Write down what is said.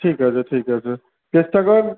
ঠিক আছে ঠিক আছে চেষ্টা কর